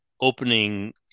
opening